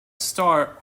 star